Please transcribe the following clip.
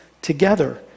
together